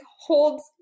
holds